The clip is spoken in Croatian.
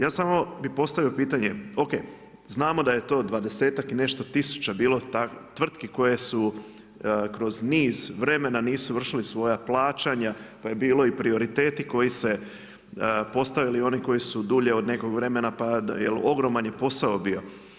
Ja samo bih postavio pitanje o.k. Znamo da je to dvadesetak i nešto tisuća bilo tvrtki koje su kroz niz vremena nisu vršili svoja plaćanja pa je bilo i prioriteti koji se, postojali su oni koji su dulje od nekog vremena, jer ogroman je posao bio.